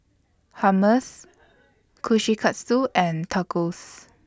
Hummus Kushikatsu and Tacos